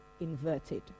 inverted